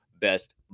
best